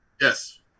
Yes